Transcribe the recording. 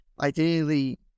ideally